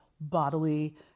bodily